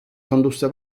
condusse